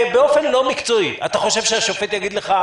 באופן לא מקצועי, אתה חושב שהשופט יגיד לך: